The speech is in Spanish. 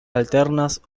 alternas